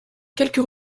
quelques